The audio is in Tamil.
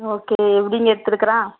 ஓகே எப்படிங்க எடுத்துருக்கிறான்